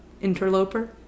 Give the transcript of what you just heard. interloper